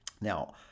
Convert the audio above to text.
now